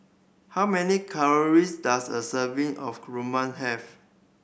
how many calories does a serving of rawon have